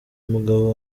umugabo